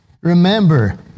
Remember